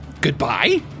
Goodbye